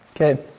Okay